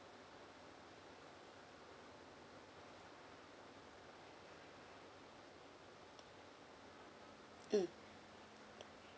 mm